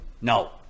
no